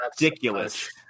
ridiculous